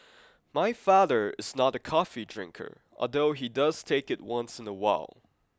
my father is not a coffee drinker although he does take it once in a while